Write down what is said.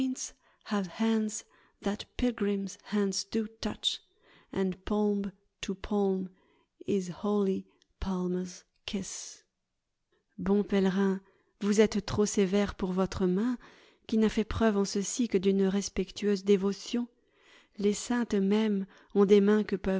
bon pèlerin vous êtes trop sévère pour votre main qui n'a fait preuve en ceci que d'une respectueuse dévotion les saintes mêmes ont des mains que